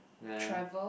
then